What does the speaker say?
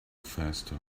faster